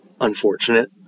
Unfortunate